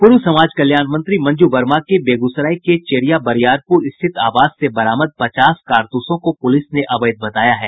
पूर्व समाज कल्याण मंत्री मंजू वर्मा के बेगूसराय के चेरिया बरियारपुर स्थित आवास से बरामद पचास कारतूसों को पूलिस ने अवैध बताया है